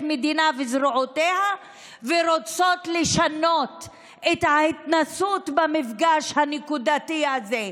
המדינה וזרועותיה ורוצות לשנות את ההתנסות במפגש הנקודתי הזה.